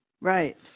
Right